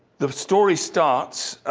the story starts,